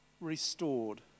restored